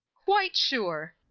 quite sure.